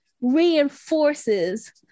reinforces